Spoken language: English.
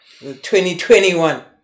2021